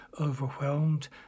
overwhelmed